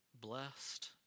blessed